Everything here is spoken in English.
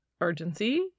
urgency